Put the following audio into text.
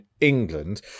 England